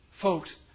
Folks